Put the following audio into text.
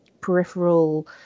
peripheral